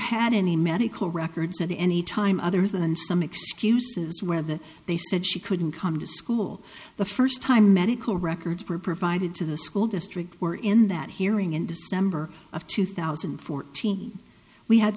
had any medical records at any time other than some excuses where the they said she couldn't come to school the first time medical records were provided to the school district were in that hearing in december of two thousand and fourteen we had